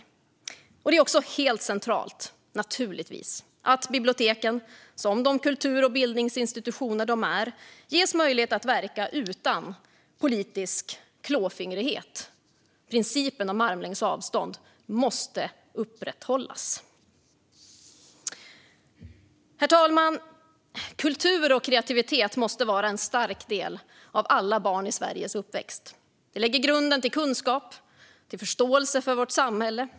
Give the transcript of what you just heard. Det är naturligtvis också helt centralt att biblioteken, som de kultur och bildningsinstitutioner de är, ges möjlighet att verka utan politisk klåfingrighet. Principen om armlängds avstånd måste upprätthållas. Herr talman! Kultur och kreativitet måste vara en stark del av uppväxten för alla barn i Sverige. Det lägger grunden för kunskap och förståelse för vårt samhälle.